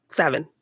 seven